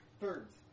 thirds